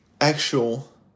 actual